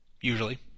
usually